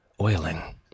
oiling